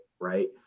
right